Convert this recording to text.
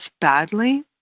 badly